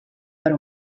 per